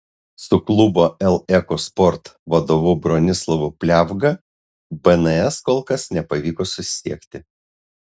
su klubo el eko sport vadovu bronislovu pliavga bns kol kas nepavyko susisiekti